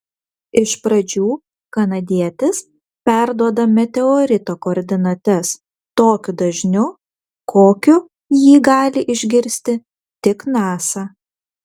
iš pradžių kanadietis perduoda meteorito koordinates tokiu dažniu kokiu jį gali išgirsti tik nasa